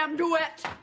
um duet.